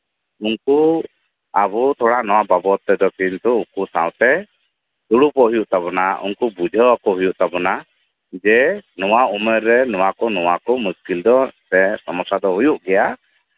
ᱩᱱᱠᱩ ᱟᱵᱚ ᱛᱷᱚᱲᱟ ᱱᱚᱣᱟ ᱵᱟᱵᱚᱫ ᱛᱮᱫᱚ ᱠᱤᱱᱛᱩ ᱩᱱᱠᱩ ᱥᱟᱶᱛᱮ ᱫᱩᱲᱩᱵᱚᱜ ᱦᱩᱭᱩᱜ ᱛᱟᱵᱳᱱᱟ ᱩᱱᱠᱩ ᱵᱩᱡᱷᱟᱹᱣ ᱟᱠᱚ ᱦᱩᱭᱩᱜ ᱛᱟᱵᱳᱱᱟ ᱱᱚᱣᱟ ᱩᱢᱮᱨ ᱨᱮ ᱱᱚᱣᱟᱠᱚ ᱱᱚᱣᱟ ᱠᱚ ᱢᱩᱥᱠᱤᱞ ᱥᱮ ᱥᱚᱢᱚᱥᱥᱟ ᱫᱚ ᱦᱩᱭᱩᱜ ᱜᱮᱭᱟ